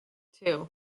two